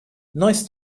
nice